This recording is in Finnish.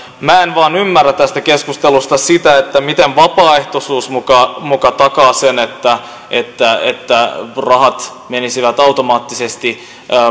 minä en vain ymmärrä tästä keskustelusta sitä miten vapaaehtoisuus muka muka takaa sen että että rahat menisivät automaattisesti